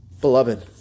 Beloved